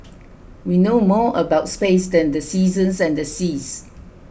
we know more about space than the seasons and the seas